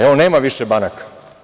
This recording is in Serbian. Evo, nema više banaka.